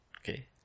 Okay